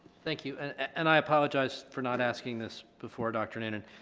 thank you and and i apologize for not asking this before dr newnan.